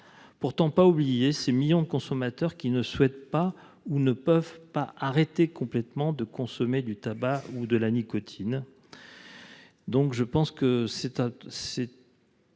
pour autant oublier ces millions de consommateurs qui ne souhaitent pas ou ne peuvent pas arrêter complètement de consommer du tabac ou de la nicotine. Cet amendement est donc